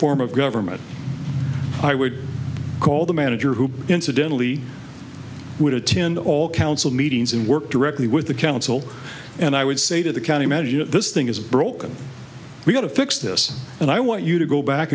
form of government i would call the manager who incidentally would attend all council meetings and work directly with the council and i would say to the county imagine that this thing is broken we got to fix this and i want you to go back